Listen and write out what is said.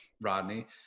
Rodney